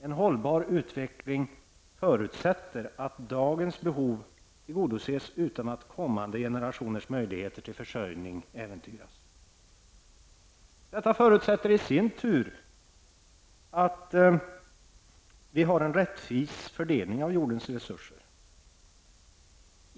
En hållbar utveckling förutsätter att dagens behov tillgodoses utan att kommande generationers möjligheter till försörjning äventyras. Detta förutsätter i sin tur att vi har en rättvis fördelning av jordens resurser.